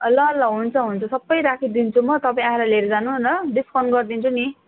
ल ल हुन्छ हुन्छ सबै राखिदिन्छु म तपाईँ आएर लिएर जानु नि ल डिस्काउन्ट गरिदिन्छु नि